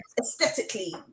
aesthetically